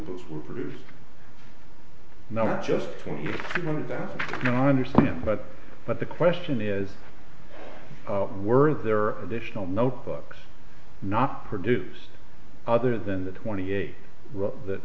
bills were produced not just for that and i understand but but the question is were there are additional notebooks not produced other than the twenty eight that